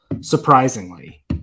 surprisingly